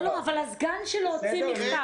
אבל הסגן שלו הוציא מכתב.